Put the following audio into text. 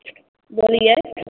बोलिए